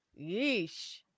yeesh